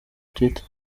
twitter